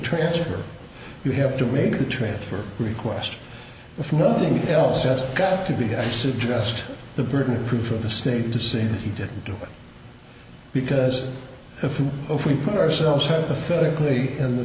transfer you have to make the transfer request if nothing else just got to be i suggest the burden of proof of the state to say that he did do it because if we put ourselves hypothetically in the